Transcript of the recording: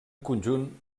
conjunt